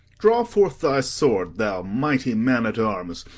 draw forth thy sword, thou mighty man-at-arms,